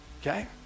okay